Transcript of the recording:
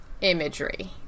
imagery